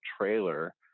trailer